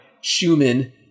Schumann